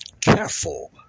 careful